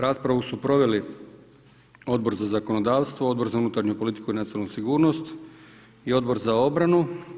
Raspravu su proveli Odbor za zakonodavstvo, Odbor za unutarnju politiku i nacionalnu sigurnost i Odbor za obranu.